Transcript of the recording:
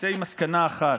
תצא עם מסקנה אחת: